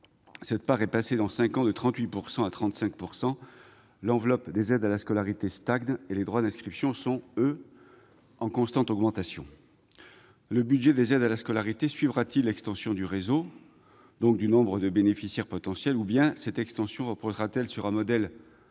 Elle est passée en cinq ans de 38 % à 35 %. L'enveloppe des aides à la scolarité stagne et les droits d'inscription sont, eux, en constante augmentation. Le budget des aides à la scolarité suivra-t-il l'extension du réseau, donc du nombre de bénéficiaires potentiels ? Ou bien cette extension reposera-t-elle sur un modèle purement